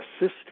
assist